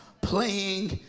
playing